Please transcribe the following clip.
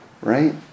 right